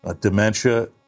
dementia